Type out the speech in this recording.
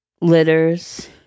litters